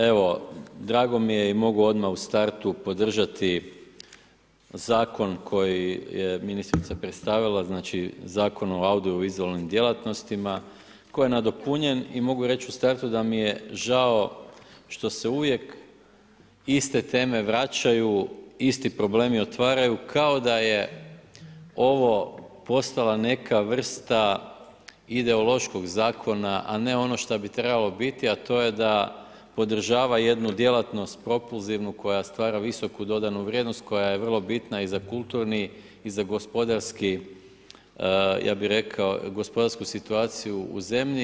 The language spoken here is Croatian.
Evo, drago mi je i mogu odmah u startu podržati zakon koji je ministrica predstavila, znači zakon o audiovizualnim djelatnostima, koje je nadopunjen i mogu reći u startu da mi je žao, što se uvijek iste teme vraćaju, isti problemi otvaraju, kao da je ovo postala neka vrsta ideološkog zakona, a ne ono što bi trebala biti, a to je da podržava jednu djelatnost, propulzivnu, koja stvara visoku dodanu vrijednost, koja je vrlo bitna i za kulturni i za gospodarski ja bi rekao, gospodarsku situaciju u zemlji.